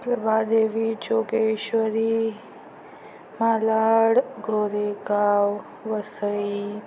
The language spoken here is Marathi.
प्रभादेवी जोगेश्वरी मालाड गोरेगाव वसई